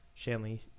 Shanley